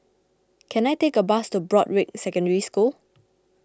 can I take a bus to Broadrick Secondary School